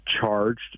charged